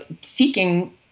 seeking